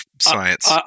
science